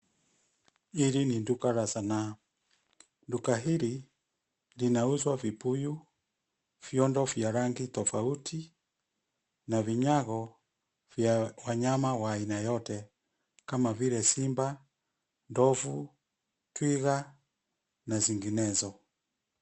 Hili ni duka la sanaa. Duka hili linauzwa vibuyu viondo vya rangi tofauti na vinyago vya wanyama wa aina yote kama vile Simba, Ndovu, Twiga na zinginezo.